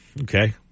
Okay